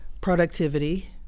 productivity